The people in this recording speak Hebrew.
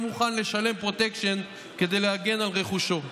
מוכן לשלם פרוטקשן כדי להגן על רכושו.